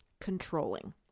controlling